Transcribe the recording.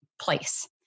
place